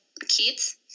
kids